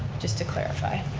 just to clarify.